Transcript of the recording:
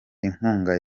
inkunga